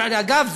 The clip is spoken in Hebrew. שאגב,